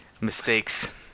Mistakes